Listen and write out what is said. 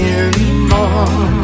anymore